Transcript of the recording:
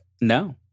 No